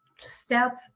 step